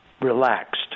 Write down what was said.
relaxed